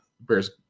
bears